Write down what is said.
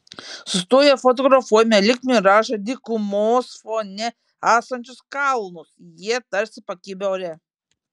sustoję fotografuojame lyg miražą dykumos fone esančius kalnus jie tarsi pakibę ore